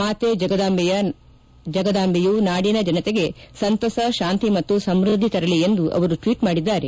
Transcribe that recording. ಮಾತೆ ಜಗದಾಂಬೆಯು ನಾಡಿನ ಜನತೆಗೆ ಸಂತಸ ಶಾಂತಿ ಮತ್ತು ಸಮೃದ್ಧಿ ತರಲಿ ಎಂದು ಅವರು ಟ್ವೀಟ್ ಮಾಡಿದ್ದಾರೆ